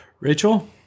Rachel